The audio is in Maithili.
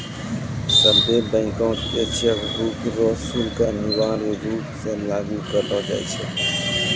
सभ्भे बैंक मे चेकबुक रो शुल्क अनिवार्य रूप से लागू करलो जाय छै